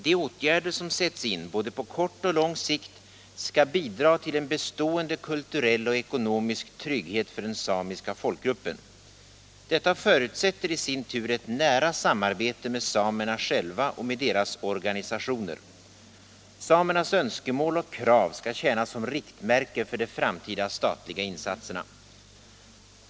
De åtgärder som sätts in, både på kort och på lång sikt, skall bidra till en bestående kulturell och ekonomisk trygghet för den samiska folkgruppen. Detta förutsätter i sin tur eu nära samarbete med samerna själva och med deras organisationer. Samernas önskemål och krav skall tjäna som riktmärke för de framtida statliga insatserna.